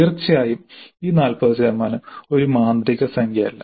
തീർച്ചയായും ഈ 40 ഒരു മാന്ത്രിക സംഖ്യ അല്ല